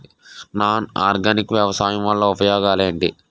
Non organic వ్యవసాయం వల్ల ఉపయోగాలు ఏంటీ?